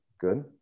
good